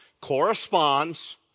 corresponds